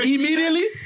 Immediately